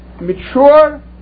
mature